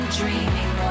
dreaming